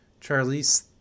Charlize